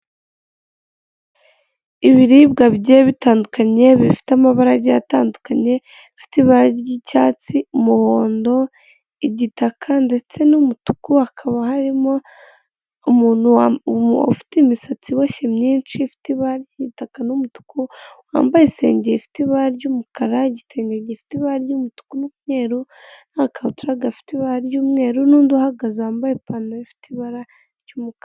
Ishusho iri mu ibara ry'ubururu ndetse n'umweru ishushanyijeho telefone iri kugaragazaho akanyenyeri maganinani urwego hari imibare yanditswe impande hariho amagambo ari mu rurimi rw'icyongereza ndetse n'andi ari mu ururimi rw'ikinyarwanda makeya na nimero za telefoni.